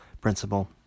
principle